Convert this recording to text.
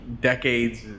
decades